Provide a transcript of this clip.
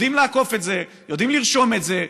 יודעים לאכוף את זה, יודעים לרשום את זה.